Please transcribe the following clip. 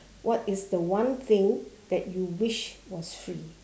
what is the one thing that you wish was free